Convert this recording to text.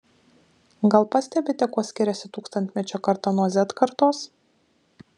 gal pastebite kuo skiriasi tūkstantmečio karta nuo z kartos